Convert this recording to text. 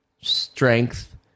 strength